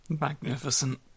Magnificent